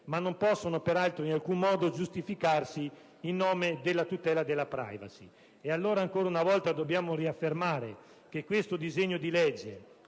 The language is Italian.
ma non possono peraltro in alcun modo giustificarsi in nome della tutela della *privacy*. Allora, ancora una volta, dobbiamo affermare che questo disegno di legge,